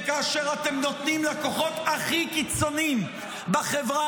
וכאשר אתם נותנים לכוחות הכי קיצוניים בחברה